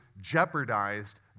jeopardized